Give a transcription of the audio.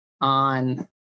on